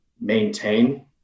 maintain